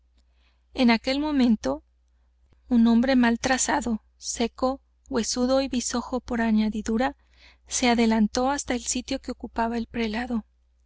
en aquel momento un hombre mal trazado seco huesudo y bisojo por añadidura se adelantó hasta el sitio que ocupaba el prelado